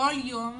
כל יום